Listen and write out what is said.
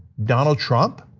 donald trump?